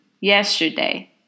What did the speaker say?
yesterday